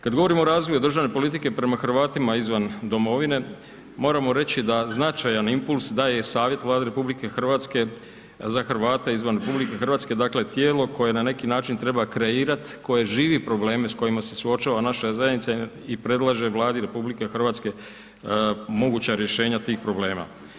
Kad govorimo o razvoju državne politike prema Hrvatima izvan domovine, moramo reći da značajan impuls daje Savjet Vlade RH za Hrvate izvan RH, dakle tijelo koje na neki način treba kreirati, koje živi probleme s kojima se suočava naša zajednica i predlaže Vladi RH moguća rješenja tih problema.